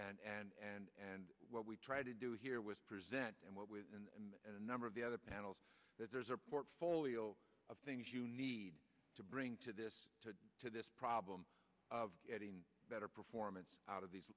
and what we try to do here was present and what with a number of the other panels that there's a portfolio of things you need to bring to this to this problem of getting better performance out of these